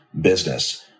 business